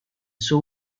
suo